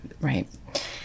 right